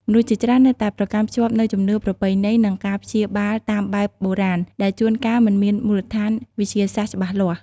មនុស្សជាច្រើននៅតែប្រកាន់ខ្ជាប់នូវជំនឿប្រពៃណីនិងការព្យាបាលតាមបែបបុរាណ ដែលជួនកាលមិនមានមូលដ្ឋានវិទ្យាសាស្ត្រច្បាស់លាស់។